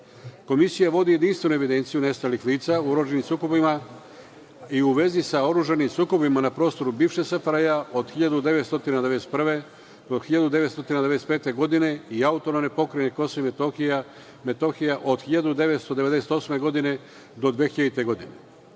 Komisija vodi jedinstvenu evidenciju nestalih lica u oružanim sukobima i u vezi sa oružanim sukobima na prostoru bivše SFRJ od 1991. do 1995. godine i AP Kosova i Metohije od 1998. do 2000. godine.